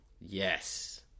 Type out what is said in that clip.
Yes